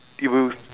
it was